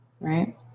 right